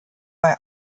bei